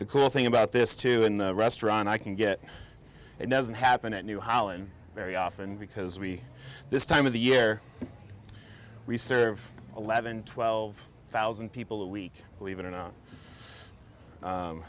the cool thing about this too in the restaurant i can get it doesn't happen at new holland very often because we this time of the year we serve eleven twelve thousand people a week believe it or not